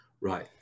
right